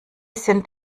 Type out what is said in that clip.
sind